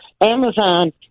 Amazon